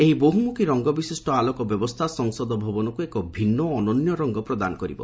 ଏହି ବହୁମୁଖୀ ରଙ୍ଗ ବିଶିଷ୍ଟ ଆଲୋକ ବ୍ୟବସ୍ଥା ସଂସଦ ଭବନକୁ ଏକ ଭିନ୍ନ ଓ ଅନନ୍ୟ ରଙ୍ଗ ପ୍ରଦାନ କରିବ